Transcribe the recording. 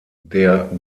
der